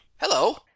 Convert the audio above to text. Hello